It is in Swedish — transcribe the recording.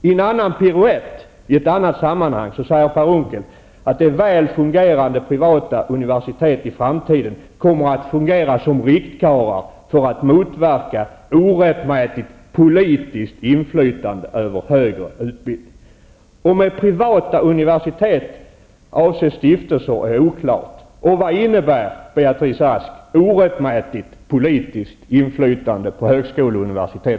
I en annan piruett, i ett annat sammanhang, säger Per Unckel, att väl fungerande privata universitet kommer i framtiden att fungera som riktkarlar för att motverka orättmätigt politiskt inflytande över högre utbildning. Om det med privata universitet avses stiftelser är oklart. Vad innebär, Beatrice Ask, orättmätigt politiskt inflytande på högskolor och universitet?